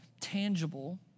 tangible